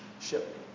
ship